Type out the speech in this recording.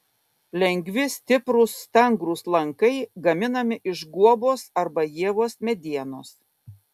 lengvi stiprūs stangrūs lankai gaminami iš guobos arba ievos medienos